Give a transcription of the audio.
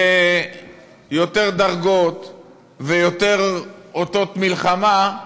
ויותר דרגות, ויותר אותות מלחמה,